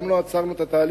גם לא עצרנו את התהליך